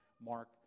Mark